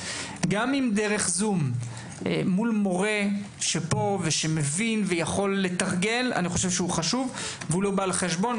גם אם דרך זום מול מורה שמבין ויכול לתרגל - הוא חשוב ולא בא על חשבון.